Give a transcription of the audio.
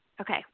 Okay